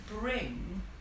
bring